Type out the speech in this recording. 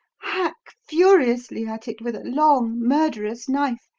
hack furiously at it with a long, murderous knife,